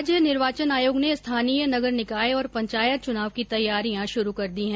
राज्य निर्वाचन आयोग ने स्थानीय नगर निकाय और पंचायत चुनाव की तैयारियां शुरू कर दी है